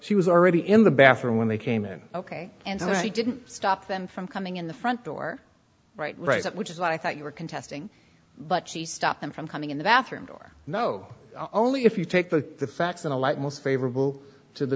she was already in the bathroom when they came in ok and she didn't stop them from coming in the front door right right which is what i thought you were contesting but she stopped them from coming in the bathroom door no only if you take the facts in the light most favorable to the